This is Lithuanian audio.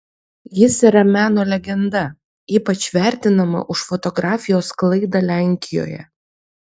jis yra meno legenda ypač vertinama už fotografijos sklaidą lenkijoje